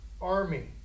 army